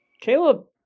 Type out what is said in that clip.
Caleb